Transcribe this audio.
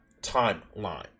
timeline